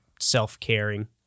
self-caring